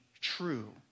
True